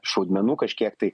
šaudmenų kažkiek tai